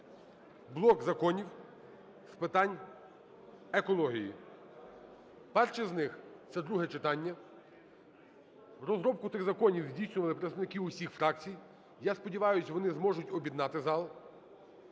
блок законів з питань екології. Перший з них – це друге читання. Розробку тих законів здійснювали представники усіх фракцій. Я сподіваюсь, вони зможуть об'єднати зал.